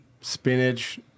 Spinach